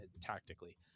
tactically